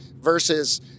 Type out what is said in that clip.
versus